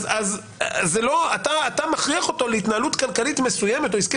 אתה מכריח אותו להתנהלות כלכלית או עסקית